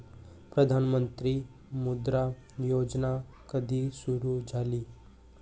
प्रधानमंत्री मुद्रा योजना कधी सुरू झाली?